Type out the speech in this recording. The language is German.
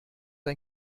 ein